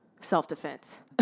self-defense